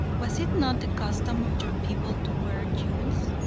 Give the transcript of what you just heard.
was it not the custom of your people to wear jewels?